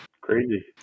Crazy